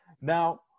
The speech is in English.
Now